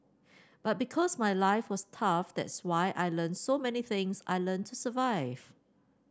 but because my life was tough that's why I learnt so many things I learnt to survive